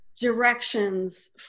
directions